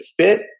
fit